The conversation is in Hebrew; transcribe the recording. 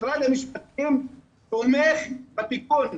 משרד המשפטים תומך בתיקון,